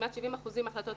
כמעט 70 אחוזים מההחלטות,